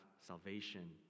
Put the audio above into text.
salvation